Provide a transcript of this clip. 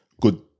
good